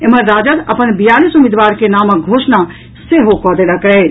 एम्हर राजद अपन बियालीस उम्मीदवार के नामक घोषणा सेहो कऽ देलक अछि